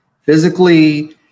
physically